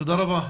תודה רבה.